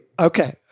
Okay